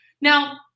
Now